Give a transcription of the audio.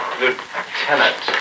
Lieutenant